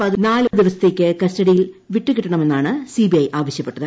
പതിനാല് ദിവസത്തേക്ക് കസ്റ്റഡ്കിയിൽ പിട്ടു കിട്ടണമെന്നാണ് സിബിഐ ആവശ്യപ്പെട്ടത്